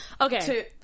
Okay